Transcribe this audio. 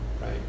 right